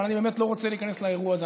אבל אני באמת לא רוצה להיכנס לאירוע הזה.